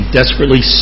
desperately